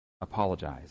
apologize